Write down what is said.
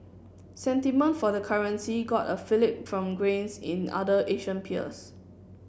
sentiment for the currency got a fillip from grains in other Asian peers